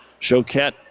Choquette